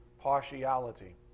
partiality